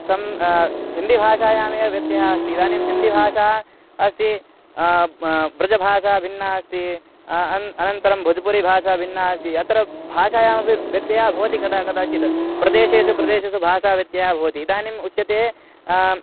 सम् हिन्दीभाषायामेव व्यत्यः अस्ति इदानीं हिन्दीभाषा अस्ति ब्रजभाषा भिन्ना अस्ति अ अनन्तरं भोज्पुरीभाषा भिन्ना अस्ति अत्र भाषायामपि व्यत्ययः भवति कदा कदाचित् प्रदेशेषु प्रदेशेषु भाषा व्यत्ययः भवति इदानीम् उच्यते